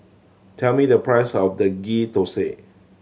tell me the price of the Ghee Thosai